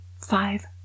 five